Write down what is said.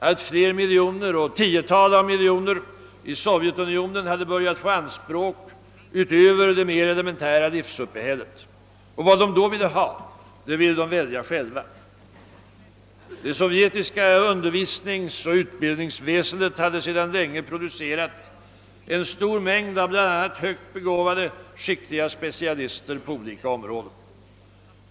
Allt fler miljoner och tiotal av miljoner i Sovjetunionen hade börjat få anspråk utöver det mer elementära livsuppehället — och vad de då ville ha, det ville de välja själva. Det sovjetiska undervisningsoch utbildningsväsendet hade sedan rätt länge producerat en stor mängd av bl.a. högt begåvade, skickliga specialister på olika områden.